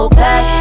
back